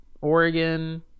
Oregon